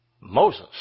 Moses